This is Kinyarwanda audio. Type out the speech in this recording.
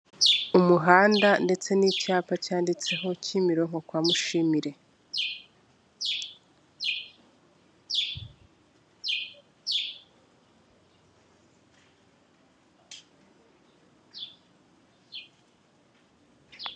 Umuhanda ndetse n'icyapa cyanditseho Kimironko kwa Mushimire.